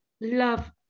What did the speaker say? love